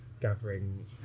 gathering